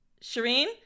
Shireen